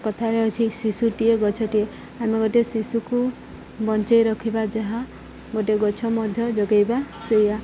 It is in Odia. କଥାରେ ଅଛି ଶିଶୁଟିଏ ଗଛଟିଏ ଆମେ ଗୋଟେ ଶିଶୁକୁ ବଞ୍ଚେଇ ରଖିବା ଯାହା ଗୋଟେ ଗଛ ମଧ୍ୟ ଯୋଗେଇବା ସେଇଆ